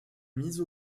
mise